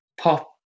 Pop